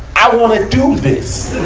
i wanna do this!